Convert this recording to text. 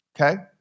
Okay